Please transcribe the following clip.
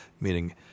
meaning